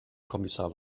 kommissar